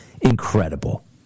Incredible